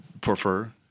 prefer